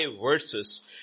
verses